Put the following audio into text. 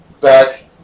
back